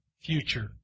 future